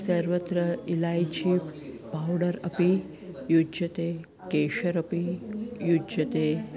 सर्वत्र इलैची पौडर् अपि युज्यते केशर् अपि युज्यते